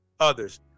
others